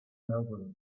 melville